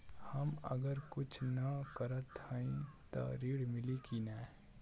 हम अगर कुछ न करत हई त ऋण मिली कि ना?